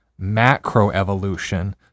macroevolution